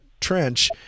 trench